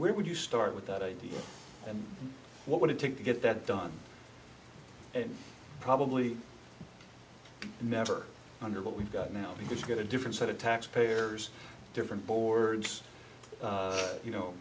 where would you start with that idea and what would it take to get that done and probably never under what we've got now because you get a different set of taxpayers different boards you know